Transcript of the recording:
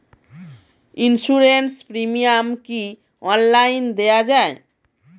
Insurance premium কি online দেওয়া যায়?